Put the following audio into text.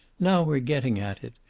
now we're getting at it.